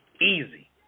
Easy